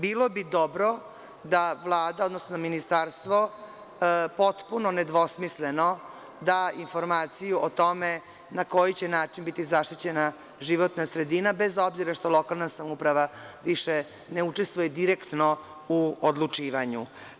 Bilo bi dobro da Vlada, odnosno ministarstvo potpuno nedvosmisleno da informaciju o tome na koji će način biti zaštićena životna sredina, bez obzira što lokalna samouprava više ne učestvuje direktno u odlučivanju.